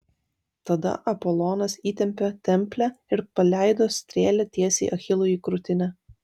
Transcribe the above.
tada apolonas įtempė templę ir paleido strėlę tiesiai achilui į krūtinę